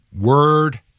word